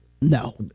no